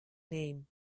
name